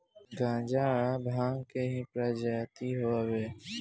गांजा भांग के ही प्रजाति हवे